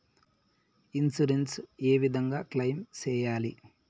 Insurance ఏ విధంగా claim సేయాలి?